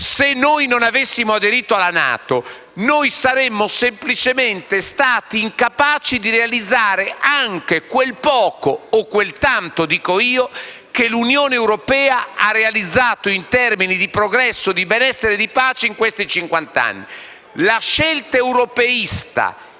Se non avessimo aderito alla NATO, saremmo semplicemente stati incapaci di realizzare anche quel poco - o quel tanto a mio parere - che l'Unione europea ha realizzato in termini di progresso, di benessere e di pace in questi cinquant'anni. La scelta europeista